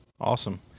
Awesome